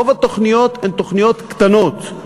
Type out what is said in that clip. רוב התוכניות הן תוכניות קטנות,